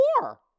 War